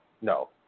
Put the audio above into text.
no